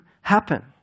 happen